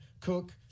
Cook